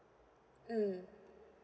mm